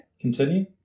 Continue